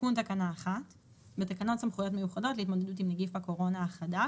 תיקון תקנה 1 בתקנות סמכויות מיוחדות להתמודדות עם נגיף הקורונה החדש